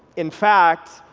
in fact,